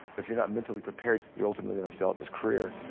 if you're not mentally prepared, you're ultimately gonna fail at this career.